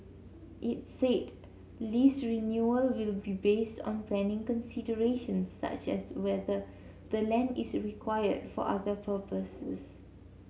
its said lease renewal will be based on planning considerations such as whether the land is required for other purposes